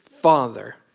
father